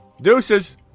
deuces